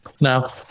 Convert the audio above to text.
now